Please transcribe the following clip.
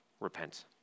Repent